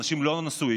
אנשים לא נשואים,